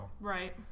Right